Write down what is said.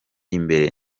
imbere